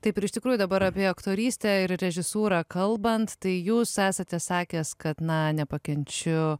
taip ir iš tikrųjų dabar apie aktorystę ir režisūrą kalbant tai jūs esate sakęs kad na nepakenčiu